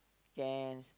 cans